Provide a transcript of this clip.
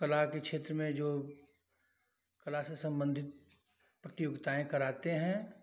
कला के छेत्र में जो कला से सम्बन्धित प्रतियोगिताएँ कराते हैं